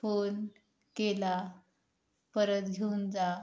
phone केला परत घेऊन जा